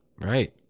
Right